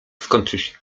skończyć